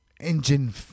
engine